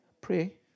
Pray